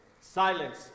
Silence